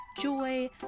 joy